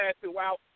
throughout